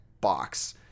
box